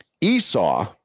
Esau